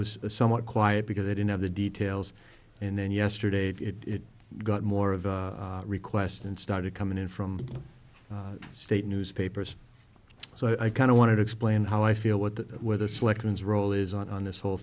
was somewhat quiet because they didn't have the details and then yesterday it got more of a request and started coming in from the state newspapers so i kind of wanted to explain how i feel what the where the selections role is on this whole